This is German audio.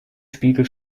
spiegel